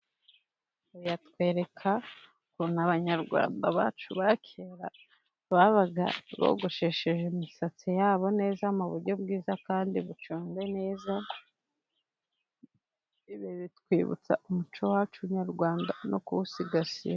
Uyu atwereka ukuntu abanyarwanda bacu ba kera babaga bogoshesheje imisatsi ya bo neza, mu buryo bwiza kandi buconze neza, ibi bitwibutsa umuco wacu nyarwanda no kuwusigasira.